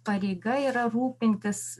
pareiga yra rūpintis